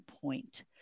point